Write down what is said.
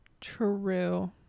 True